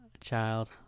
child